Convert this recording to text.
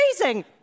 amazing